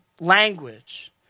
language